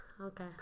Okay